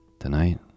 Tonight